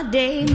day